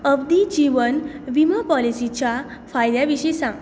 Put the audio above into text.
अवधी जीवन विमा पॉलिसीच्या फायद्यां विशीं सांग